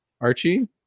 Archie